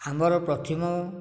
ଆମର ପ୍ରଥିମ